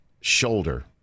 shoulder